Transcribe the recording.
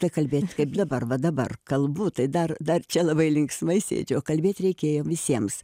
tai kalbėt kaip dabar va dabar kalbu tai dar dar čia labai linksmai sėdžiu o kalbėt reikėjo visiems